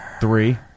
Three